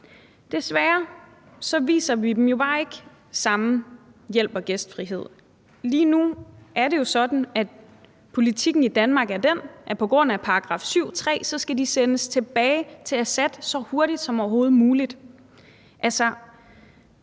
Desværre viser vi jo bare ikke dem den samme hjælp og gæstfrihed. Lige nu er det jo sådan, at politikken i Danmark er den, at på grund af § 7, stk. 3, skal de sendes tilbage til Assad så hurtigt som overhovedet muligt.